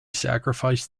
sacrifice